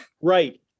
Right